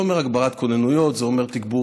זה אומר הגברת כוננויות, וזה אומר תגבורים.